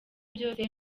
byose